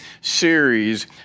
series